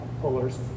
pullers